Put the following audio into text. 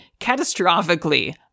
catastrophically